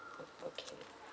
okay